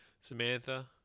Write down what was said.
Samantha